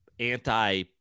anti